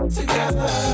Together